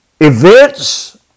events